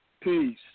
peace